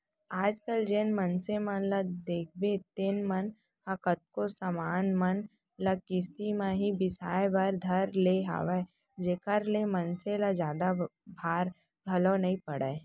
आज कल जेन मनसे मन ल देखबे तेन मन ह कतको समान मन ल किस्ती म ही बिसाय बर धर ले हवय जेखर ले मनसे ल जादा भार घलोक नइ पड़य